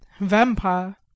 vampire